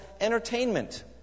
entertainment